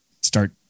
start